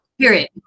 Period